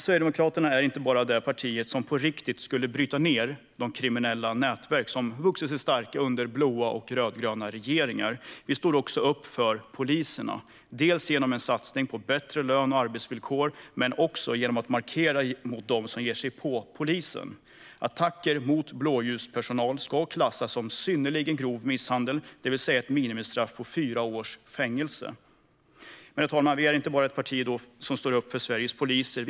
Sverigedemokraterna är inte bara partiet som på riktigt skulle bryta ned de kriminella nätverk som vuxit sig starka under blåa och rödgröna regeringar. Vi står också upp för poliserna, genom satsningar på bättre lön och arbetsvillkor men också genom att markera mot dem som ger sig på polisen. Attacker mot blåljuspersonal ska klassas som synnerligen grov misshandel, det vill säga leda till ett minimistraff på fyra års fängelse. Vi är inte bara ett parti som står upp för Sveriges poliser.